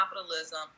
capitalism